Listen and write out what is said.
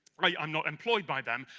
i'm not employed by them,